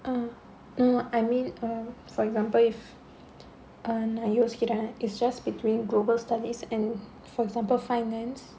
uh no I mean err for example if err நா யோசிக்குறேன்:naa yosikkuraen i~ it's just between global studies and for example finance